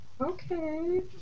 Okay